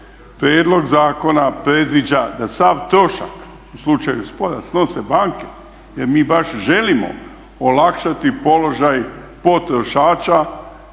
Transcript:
Prijedlog zakona predviđa da sav trošak u slučaju spora snose banke, jer mi baš želimo olakšati položaj potrošača